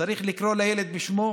צריך לקרוא לילד בשמו: